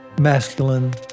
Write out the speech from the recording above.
masculine